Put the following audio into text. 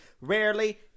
rarely